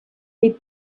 les